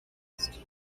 used